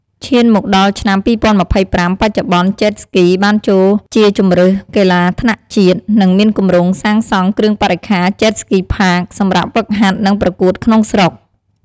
ឈានមកដល់ឆ្នាំ ២០២៥បច្ចុប្បន្ន Jet Ski បានចូលជាជម្រើសកីឡាថ្នាក់ជាតិ និងមានគម្រោងសាងសង់គ្រឿងបរិក្ខារ Jet Ski Park សម្រាប់ហ្វឹកហាត់ និងប្រកួតក្នុងស្រុក។